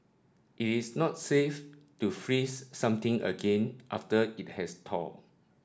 it is not safe to freeze something again after it has thawed